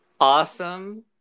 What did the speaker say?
awesome